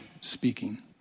speaking